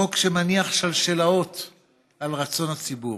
חוק שמניח שלשלאות על רצון הציבור.